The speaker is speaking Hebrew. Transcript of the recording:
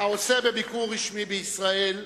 העושה בביקור רשמי בישראל.